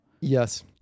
Yes